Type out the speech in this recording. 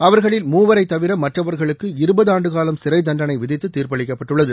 அவர்களில் மூவரை தவிர மற்றவர்களுக்கு இருபது ஆண்டுகாலம் சிறை தண்டளை விதித்து தீர்ப்பளிக்கப்பட்டுள்ளது